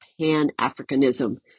pan-Africanism